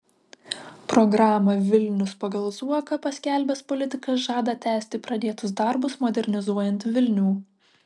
programą vilnius pagal zuoką paskelbęs politikas žada tęsti pradėtus darbus modernizuojant vilnių